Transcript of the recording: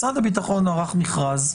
משרד הביטחון ערך מכרז,